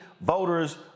voters